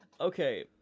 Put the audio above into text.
Okay